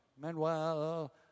Manuel